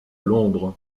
londres